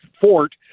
Fort